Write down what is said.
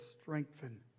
strengthen